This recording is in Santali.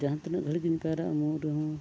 ᱡᱟᱦᱟᱸ ᱛᱤᱱᱟᱹᱜ ᱜᱷᱟᱲᱤᱜ ᱜᱮᱧ ᱯᱟᱭᱨᱟᱜᱼᱟ ᱨᱮᱦᱚᱸ